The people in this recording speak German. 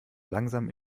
langsam